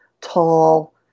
tall